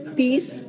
peace